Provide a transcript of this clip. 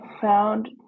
found